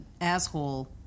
asshole